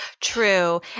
True